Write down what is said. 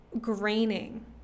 graining